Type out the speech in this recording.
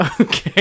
Okay